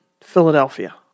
Philadelphia